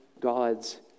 God's